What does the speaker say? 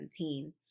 2017